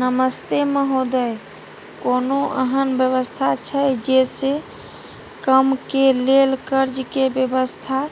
नमस्ते महोदय, कोनो एहन व्यवस्था छै जे से कम के लेल कर्ज के व्यवस्था